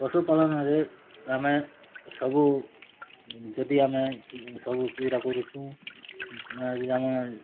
ପଶୁ ପାଳନ୍ରେ ଆମେ ସବୁ ଯଦି ଆମେ କି ସବୁ ଚିରା କରୁଛୁଁ କା ଆମେ